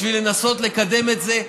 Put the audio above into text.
בשביל לנסות לקדם את זה,